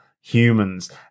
humans